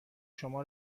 شما